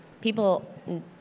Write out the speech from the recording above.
people